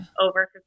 over